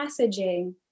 messaging